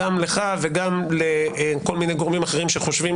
גם לך וגם לכל מיני גורמים אחרים שחושבים